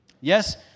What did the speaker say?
Yes